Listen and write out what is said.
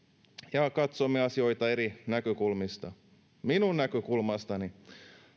ja katsomme asioita eri näkökulmista minun näkökulmastani